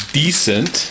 decent